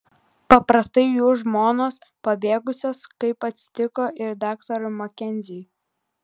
paprastai jų žmonos pabėgusios kaip atsitiko ir daktarui makenziui